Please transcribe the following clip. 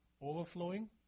overflowing